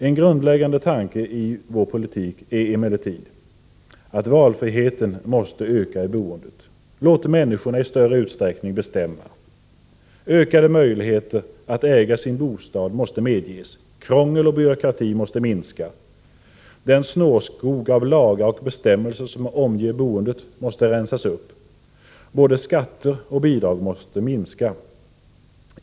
En grundläggande tanke i vår politik är emellertid att valfriheten måste öka i boendet. Låt människorna i större utsträckning bestämma! Ökade möjligheter att äga sin bostad måste medges. Krångel och byråkrati måste minska. Den snårskog av lagar och bestämmelser som omger boendet måste rensas upp. Både skatter och bidrag måste minska.